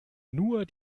nur